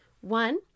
One